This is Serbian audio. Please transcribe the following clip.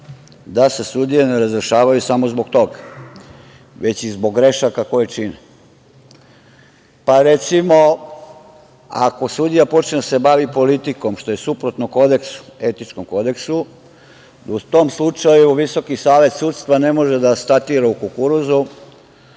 da se sudije ne razrešavaju samo zbog toga, već i zbog grešaka koje čine. Recimo, ako sudija počne da se bavi politikom, što je suprotno etičkom kodeksu, u tom slučaju Visoki savet sudstva ne može da statira u kukuruzu